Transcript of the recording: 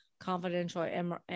confidential